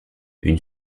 une